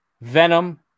venom